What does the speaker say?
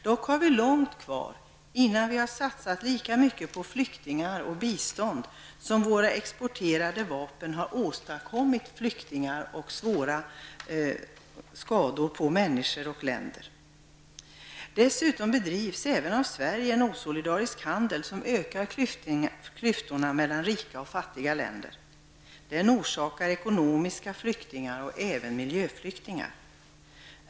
Dock har vi långt kvar innan vi har satsat lika mycket på flyktingar och bistånd som vi har tjänat på de vapen som vi exporterat och som förorsakat svåra skador på människor och länder. Dessutom bedriver även Sverige en osolidarisk handel, som ökar klyftorna mellan rika och fattiga länder. Den handeln leder till att vi får ekonomiska flyktingar och även miljöflyktingar.